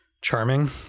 charming